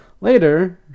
Later